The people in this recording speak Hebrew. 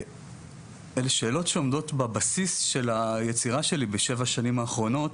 ואלה שאלות שעומדות בבסיס של היצירה שלי בשבע השנים האחרונות,